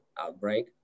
outbreak